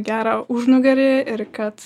gerą užnugarį ir kad